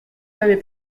l’avez